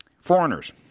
foreigners